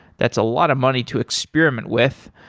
that's a lot of money to experiment with.